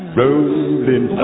rolling